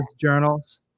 journals